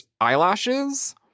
eyelashes